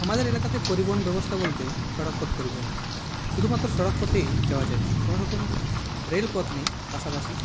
আমাদের এলাকাতে পরিবহন ব্যবস্থা বলতে সড়কপথ পরিবহন শুধুমাত্র সড়কপথেই যাওয়া যায় কোনওরকম রেলপথ নেই পাশাপাশি